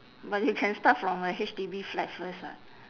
but you can start from a H_D_B flat first [what]